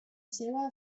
seva